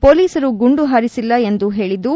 ಪೊಲೀಸರು ಗುಂಡು ಹಾರಿಸಿಲ್ಲ ಎಂದು ಹೇಳದ್ದು